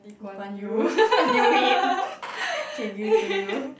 Lee-Kuan-Yew I knew it K give it to you